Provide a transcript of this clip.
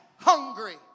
hungry